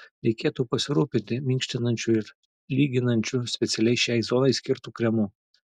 reikėtų pasirūpinti minkštinančiu ir lyginančiu specialiai šiai zonai skirtu kremu